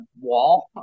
wall